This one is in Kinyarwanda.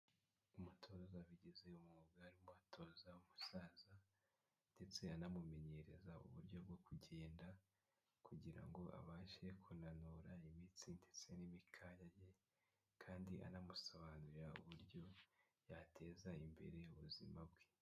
Umutoza wabigize umwuga arimo atoza umusaza ndetse anamumenyereza uburyo bwo kugenda kugira ngo abashe kunanura imitsi ndetse n'imikaya ye kandi anamusobanurira uburyo yateza imbere ubuzima bwe.